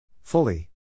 Fully